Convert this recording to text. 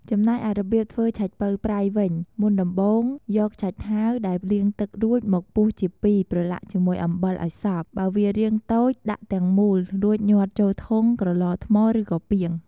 ចំណែកឯរបៀបធ្វើឆៃប៉ូវប្រៃវិញ មុនដំបូងយកឆៃថាវដែលលាងទឹករួចមកពុះជាពីរប្រឡាក់ជាមួយអំបិលឱ្យសព្វ បើវារាងតូចដាក់ទាំងមូលរួចញាត់ចូលធុង ក្រឡថ្ម ឬក៏ពាង។